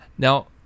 Now